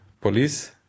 police